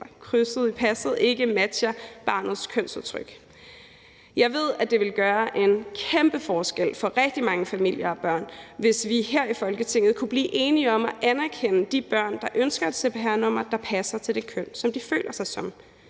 krydset i passet ikke matcher barnets kønsudtryk. Jeg ved, at det vil gøre en kæmpe forskel for rigtig mange familier og børn, hvis vi her i Folketinget kunne blive enige om at anerkende de børn, der ønsker et cpr-nummer, der passer til det køn, som de føler sig som.